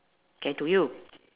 K to you